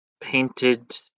painted